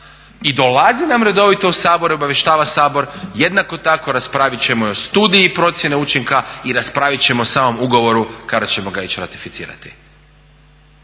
i dolazi nam redovito u Sabor i obavještava Sabor. Jednako tako raspraviti ćemo i o studiji procjene učinka i raspraviti ćemo o samom ugovoru kada ćemo ga ići ratificirati.